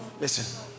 Listen